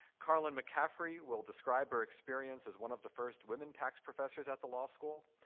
carlyn mccaffrey will describe her experience as one of the first women tax professors at the law school.